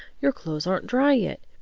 your clothes aren't dry yet.